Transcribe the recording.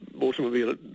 automobile